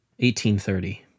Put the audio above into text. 1830